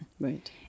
Right